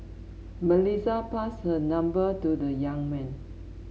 Melissa passed her number to the young man